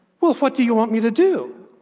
well, what do you want me to do?